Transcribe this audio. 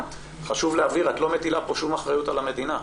חשוב להבין שאת לא מטילה כאן שום אחריות על המדינה.